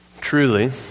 Truly